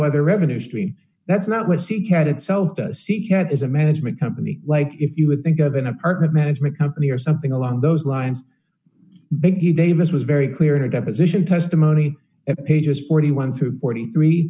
other revenue stream that's not what seacat itself see had is a management company like if you would think of an apartment management company or something along those lines big you davis was very clear in a deposition testimony at pages forty one through forty three